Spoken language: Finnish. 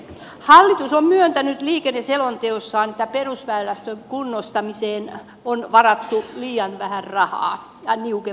hallitus on myöntänyt liikenneselonteossaan että perusväylästön kunnostamiseen on varattu liian vähän rahaa niukemmin rahaa